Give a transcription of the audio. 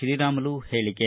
ಶ್ರೀರಾಮುಲು ಹೇಳಿಕೆ